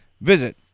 Visit